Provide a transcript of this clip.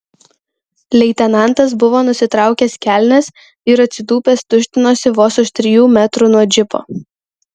leitenantas buvo nusitraukęs kelnes ir atsitūpęs tuštinosi vos už trijų metrų nuo džipo